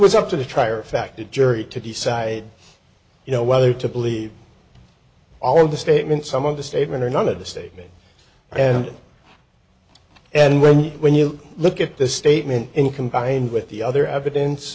was up to the trier of fact a jury to decide you know whether to believe all of the statements some of the statement or none of the statements and and when you when you look at this statement and combined with the other evidence